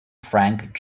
frank